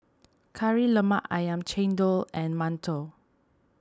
Kari Lemak Ayam Chendol and Mantou